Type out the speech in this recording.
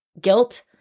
guilt